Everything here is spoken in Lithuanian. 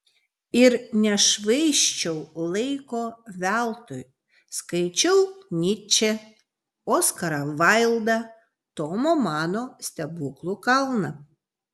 ir nešvaisčiau laiko veltui skaičiau nyčę oskarą vaildą tomo mano stebuklų kalną